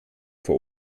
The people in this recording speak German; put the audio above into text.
vor